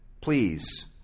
please